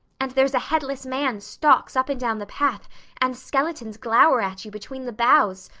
and there's a headless man stalks up and down the path and skeletons glower at you between the boughs.